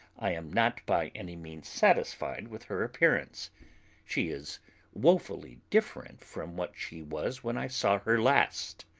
i am not by any means satisfied with her appearance she is woefully different from what she was when i saw her last.